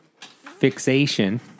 fixation